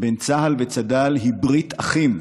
בין צה"ל לצד"ל היא ברית אחים,